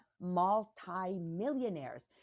multi-millionaires